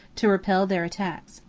to repel their attacks.